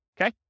okay